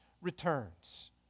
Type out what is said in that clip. returns